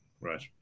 right